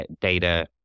data